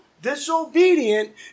disobedient